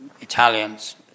Italians